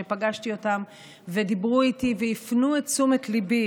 שפגשתי אותם והם דיברו איתי והפנו את תשומת ליבי